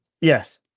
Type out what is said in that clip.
Yes